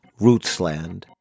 Rootsland